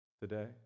today